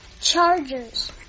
Chargers